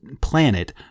planet